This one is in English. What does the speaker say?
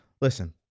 Listen